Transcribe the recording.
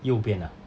右边啊